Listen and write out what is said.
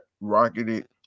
rocketed